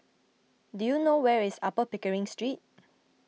do you know where is Upper Pickering Street